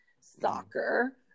soccer